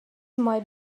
might